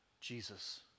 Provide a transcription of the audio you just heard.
Jesus